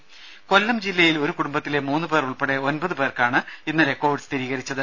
രുമ കൊല്ലം ജില്ലയിൽ ഒരു കുടുംബത്തിലെ മൂന്നുപേർ ഉൾപ്പടെ ഒൻപത് പേർക്കാണ് ഇന്നലെ കൊവിഡ് സ്ഥിരീകരിച്ചത്